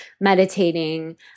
meditating